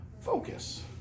focus